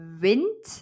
Wind